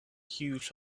huge